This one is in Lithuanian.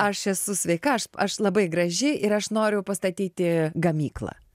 aš esu sveika aš aš labai graži ir aš noriu pastatyti gamyklą